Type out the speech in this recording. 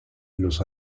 los